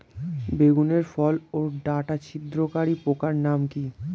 বেগুনের ফল ওর ডাটা ছিদ্রকারী পোকার নাম কি?